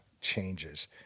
changes